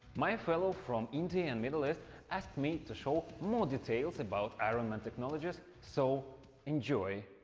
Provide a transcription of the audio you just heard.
my fellows from india and middle east asked me to show more details about iron man technologies. so enjoy!